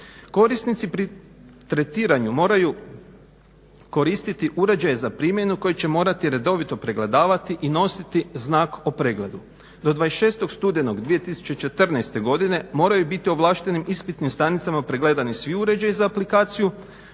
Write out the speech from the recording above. Korisnici pri tretiranju moraju koristiti uređaj za primjenu koji će morati redovito pregledavati i nositi znak o pregledu. Do 26. studenog 2014. godine moraju biti u ovlaštenim ispitnim stanicama pregledani svi uređaji za aplikaciju